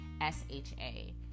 S-H-A